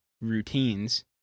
routines